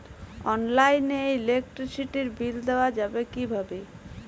অনলাইনে ইলেকট্রিসিটির বিল দেওয়া যাবে কিভাবে?